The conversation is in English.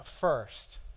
first